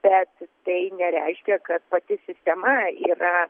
bet tai nereiškia kad pati sistema yra